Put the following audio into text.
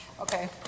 Okay